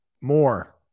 more